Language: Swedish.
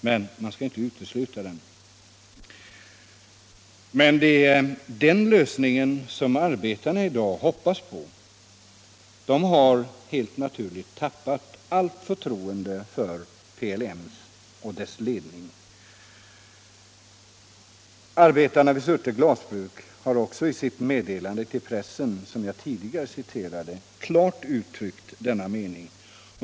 Men det är den lösningen som arbetarna i dag hoppas på. De har helt naturligt tappat allt förtroende för PLM och dess ledning. Arbetarna vid Surte glasbruk har också i sitt meddelande till pressen, som jag tidigare citerade, klart uttryckt denna mening.